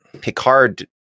Picard